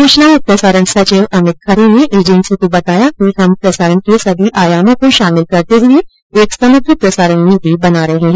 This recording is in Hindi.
सूचना और प्रसारण सचिव अमित खरे ने एजेन्सी को बताया हम प्रसारण के सभी आयामों को शामिल करते हये एक समग्र प्रसारण नीति बना रहे हैं